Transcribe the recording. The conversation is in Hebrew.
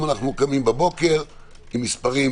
כשאדבר בשמך,